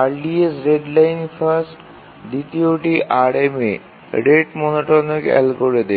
earliest deadline first এবং দ্বিতীয়টি RMA rate monotonic algorithm